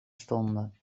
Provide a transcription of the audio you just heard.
stonden